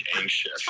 anxious